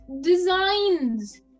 designs